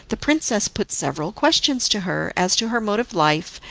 the princess put several questions to her as to her mode of life,